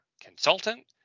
consultant